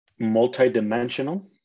multidimensional